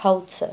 ಹೌದು ಸರ್